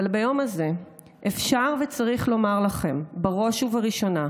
אבל ביום הזה אפשר וצריך לומר לכם, בראש ובראשונה,